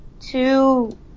two